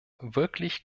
wirklich